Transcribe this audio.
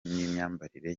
n’imyambarire